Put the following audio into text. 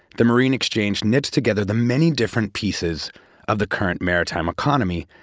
the marine exchange knits together the many different pieces of the current maritime economy.